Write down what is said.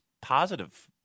positive